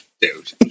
Dude